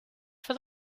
for